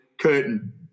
curtain